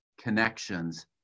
connections